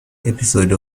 episode